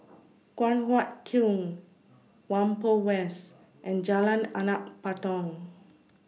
Guan Huat Kiln Whampoa West and Jalan Anak Patong